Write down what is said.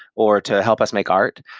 or to help us make art.